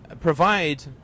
provide